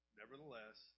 Nevertheless